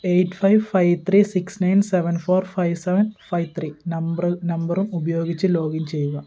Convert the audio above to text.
eight five five three six nine seven four five seven five three നമ്പറിൽ നമ്പറും ഉപയോഗിച്ച് login ചെയ്യുക